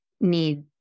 need